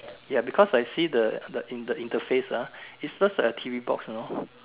ya because I see the the in the interface ah it serves like a T_V box you know